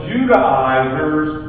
Judaizers